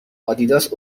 آدیداس